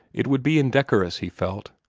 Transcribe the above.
it would be indecorous, he felt,